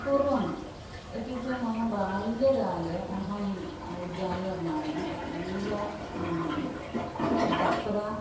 पूर्वम् इत्युक्ते मम बाल्यकाले अहम् उद्याननिर्माणे अतीव तत्परा